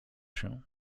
się